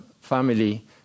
family